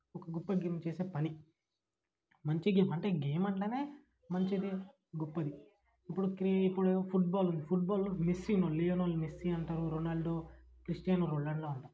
ఒక గొప్ప గేమ్ చేసే పని మంచి గేమ్ అంటే గేమ్ అంట్లానే మంచిది గొప్పది ఇప్పుడు క్రి ఇప్పుడు ఫుట్బాల్ ఫుట్బాల్లో మెస్సీ ఉన్నాడు లియోనల్ మెస్సీ అంటారు రోనాల్డో క్రిస్టియనో రొనాల్డో అంటారు